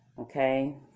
Okay